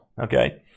okay